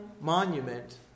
monument